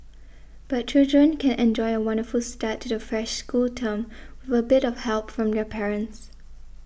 but children can enjoy a wonderful start to the fresh school term with a bit of help from their parents